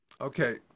Okay